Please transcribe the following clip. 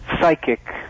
psychic